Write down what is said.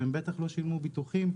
והם בטח לא שילמו ביטוחים,